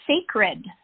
sacred